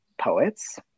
poets